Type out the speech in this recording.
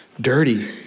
dirty